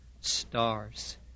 stars